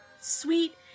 sweet